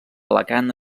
alacant